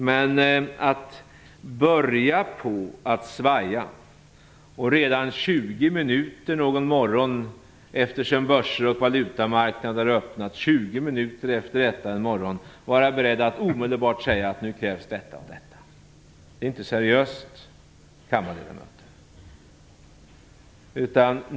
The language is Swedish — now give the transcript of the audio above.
Men att börja svaja och redan 20 minuter efter det att börser och valutamarknader har öppnat en morgon vara beredda att säga vad som krävs är inte seriöst, kammarledamöter.